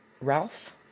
Ralph